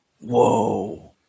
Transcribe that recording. Whoa